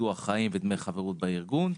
ביטוח חיים ודמי חברות בארגון.